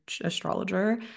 astrologer